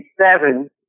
seven